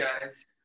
guys